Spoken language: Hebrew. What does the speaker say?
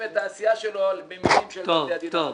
את העשייה שלו במבנים של בתי הדין הרבניים.